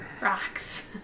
Rocks